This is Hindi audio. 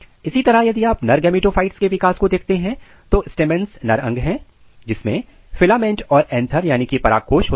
इसी तरह यदि आप नर गेमिटोफाइट के विकास को देखते हैं तो स्टेमंस नर अंग हैं जिसमें फिलामेंट और anther पराग कोष होते हैं